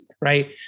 right